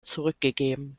zurückgegeben